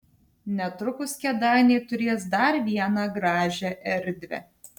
netrukus kėdainiai turės dar vieną gražią erdvę